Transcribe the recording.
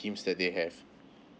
sschemes that they have